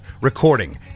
recording